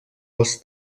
als